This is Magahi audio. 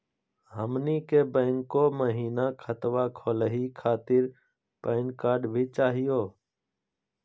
हमनी के बैंको महिना खतवा खोलही खातीर पैन कार्ड भी चाहियो?